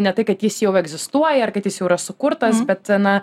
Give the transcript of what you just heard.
ne tai kad jis jau egzistuoja ar kad jis jau yra sukurtas bet na